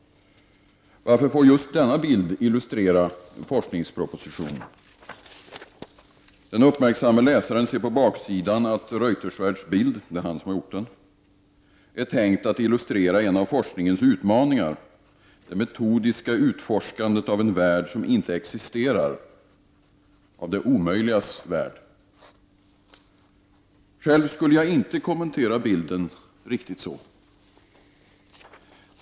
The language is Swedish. "Varför får just denna bild illustrera forskningspropositionen? Den uppmärksamme läsaren ser på baksidan att Reutersvärds bild — det är Oscar Reutersvärd som har gjort den — är tänkt att illustrera en av forskningens utmaningar: det metodiska utforskandet av en värld som inte existerar — av det omöjligas värld. Själv skulle jag inte kommentera bilden riktigt så.